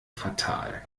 fatal